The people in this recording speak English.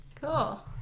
Cool